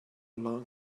long